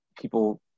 people